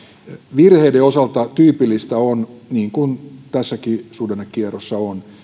virheiden osalta tyypillistä on niin kuin tässäkin suhdannekierrossa on